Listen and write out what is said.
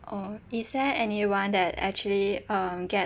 oh is there anyone that actually uh get